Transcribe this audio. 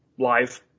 live